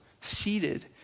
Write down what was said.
seated